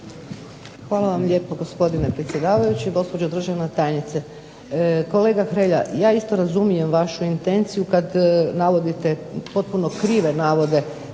Hvala vam lijepo, gospodine predsjedavajući. Gospođo državna tajnice. Kolega Hrelja, ja isto razumijem vašu intenciju kad navodite potpuno krive navode,